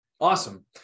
awesome